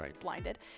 blinded